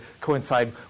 coincide